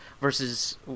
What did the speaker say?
versus